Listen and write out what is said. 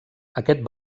aquest